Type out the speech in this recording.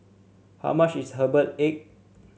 how much is Herbal Egg